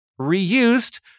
reused